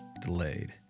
delayed